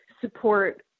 support